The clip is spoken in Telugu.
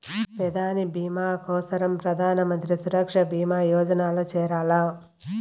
పెదాని బీమా కోసరం ప్రధానమంత్రి సురక్ష బీమా యోజనల్ల చేరాల్ల